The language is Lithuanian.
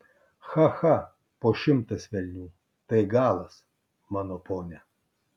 cha cha po šimtas velnių tai galas mano pone